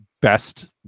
best